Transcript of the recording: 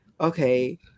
okay